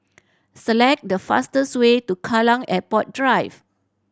select the fastest way to Kallang Airport Drive